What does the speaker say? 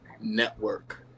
Network